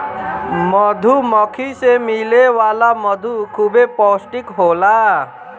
मधुमक्खी से मिले वाला मधु खूबे पौष्टिक होला